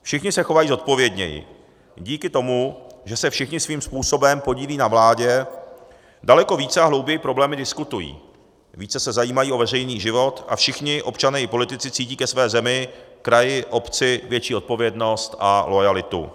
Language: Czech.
Všichni se chovají zodpovědněji díky tomu, že se všichni svým způsobem podílejí na vládě daleko více a hlouběji problémy diskutují, více se zajímají o veřejný život a všichni občané i politici cítí ke své zemi, kraji a obci větší odpovědnost a loajalitu.